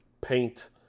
paint